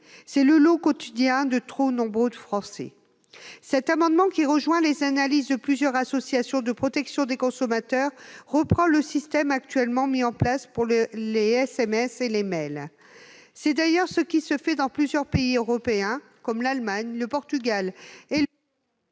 est le lot quotidien de trop nombreux Français. Cet amendement, qui rejoint les analyses de plusieurs associations de protection des consommateurs, vise à reprendre le système en vigueur pour les SMS et les courriels. C'est d'ailleurs ce qui se pratique dans plusieurs pays européens, comme l'Allemagne, l'Espagne et le